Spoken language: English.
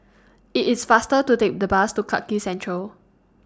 IT IS faster to Take The Bus to Clarke Quay Central